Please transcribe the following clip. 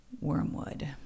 Wormwood